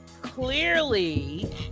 clearly